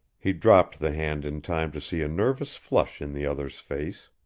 he dropped the hand in time to see a nervous flush in the other's face.